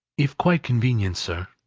if quite convenient, sir.